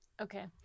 Okay